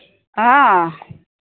অঁ